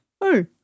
Hey